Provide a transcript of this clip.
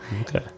Okay